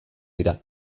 dira